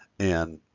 and